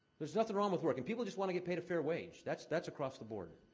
there's nothing wrong with work, and people just want to get paid a fair wage. that's that's across the board.